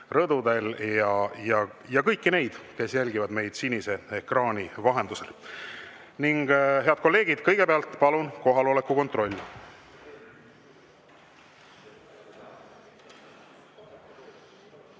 ja kõiki neid, kes jälgivad meid sinise ekraani vahendusel. Head kolleegid! Kõigepealt palun teeme kohaloleku kontrolli.